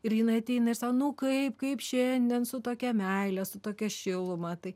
ir jinai ateina ir sako nu kaip kaip šiandien su tokia meile su tokia šiluma tai